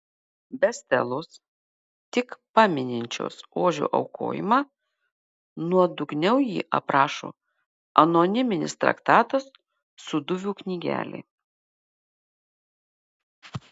be stelos tik pamininčios ožio aukojimą nuodugniau jį aprašo anoniminis traktatas sūduvių knygelė